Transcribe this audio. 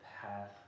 path